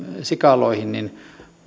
sikaloihin niin